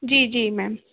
जी जी मैम